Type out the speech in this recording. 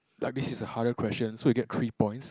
like this is a harder question so you get three points